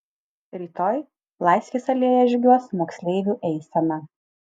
rytoj laisvės alėja žygiuos moksleivių eisena